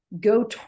go